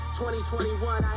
2021